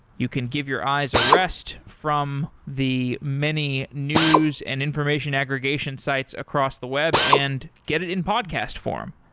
you can give your eyes a rest from the many news and information aggregation sites across the web and get it in podcast form.